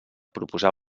proposar